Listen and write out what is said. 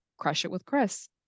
crushitwithchris